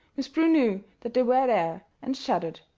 miss prue knew that they were there, and shuddered.